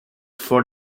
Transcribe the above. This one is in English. for